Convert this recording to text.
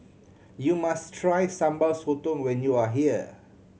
you must try Sambal Sotong when you are here